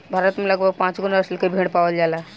भारत में लगभग पाँचगो नसल के भेड़ पावल जाला